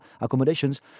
accommodations